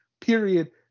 period